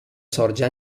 sorge